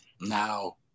now